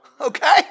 Okay